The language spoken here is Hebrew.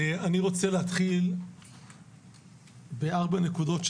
אני רוצה להתחיל בארבע נקודות,